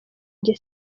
njye